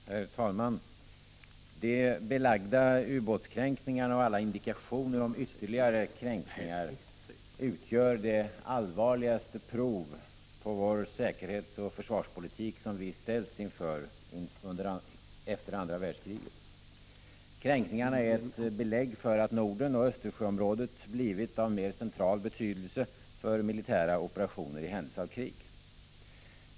Herr talman! De belagda ubåtskränkningarna och alla indikationer om ytterligare kränkningar utgör det allvarligaste prov på vår säkerhetsoch försvarspolitik som vi har ställts inför efter andra världskriget. Kränkningarna är ett belägg för att Norden och Östersjöområdet har blivit av mer central betydelse för militära operationer i händelse av krig.